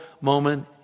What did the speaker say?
moment